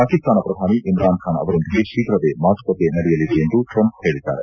ಪಾಕಿಸ್ತಾನ ಪ್ರಧಾನಿ ಇಮ್ರಾನ್ ಖಾನ್ ಅವರೊಂದಿಗೆ ಶೀಘವೇ ಮಾತುಕತೆ ನಡೆಯಲಿದೆ ಎಂದು ಟ್ರಂಪ್ ಹೇಳಿದ್ದಾರೆ